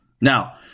Now